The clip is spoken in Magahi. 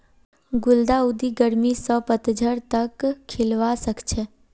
गुलदाउदी गर्मी स पतझड़ तक खिलवा सखछे